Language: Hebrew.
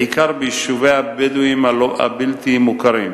בעיקר ביישובי הבדואים הבלתי-מוכרים,